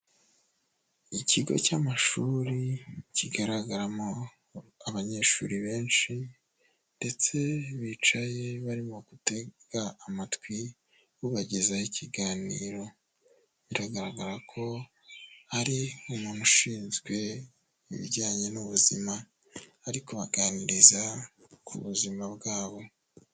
Ikigo cy'amashuri kigaragaramo abanyeshuri benshi ndetse bicaye barimo gutega amatwi ubagezaho ikiganiro, biragaragara ko ari umuntu ushinzwe ibijyanye n'ubuzima ari kubaganiriza ku buzima bwabo.